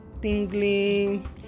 tingling